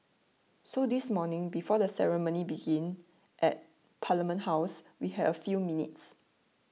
so this morning before the ceremony began at Parliament House we had a few minutes